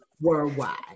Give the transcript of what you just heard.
worldwide